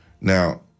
Now